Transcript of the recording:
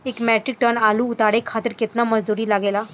एक metric tonne आलू उतारे खातिर केतना मजदूरी लागेला?